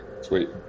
Sweet